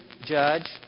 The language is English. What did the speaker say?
judge